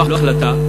לא החלטה,